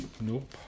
Nope